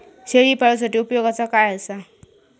शेळीपाळूसाठी उपयोगाचा काय असा?